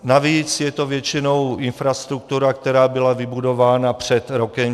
Navíc je to většinou infrastruktura, která byla vybudována před rokem 1989.